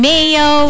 Mayo